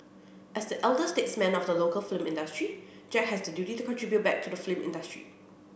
as the elder statesman of the local film industry Jack has the duty to contribute back to the film industry